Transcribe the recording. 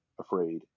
afraid